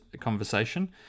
conversation